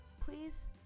please